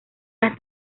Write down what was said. las